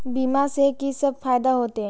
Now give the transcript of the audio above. बीमा से की सब फायदा होते?